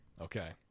Okay